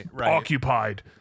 occupied